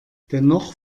dennoch